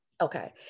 okay